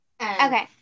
Okay